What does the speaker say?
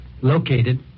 located